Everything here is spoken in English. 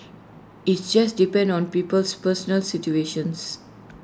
IT just depends on people's personal situations